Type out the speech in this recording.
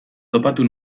topatu